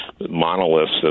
monoliths